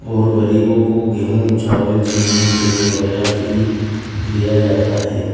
اور غریبوں کو گیہوں چاول چینی تیل وغیرہ فری دیا جاتا ہے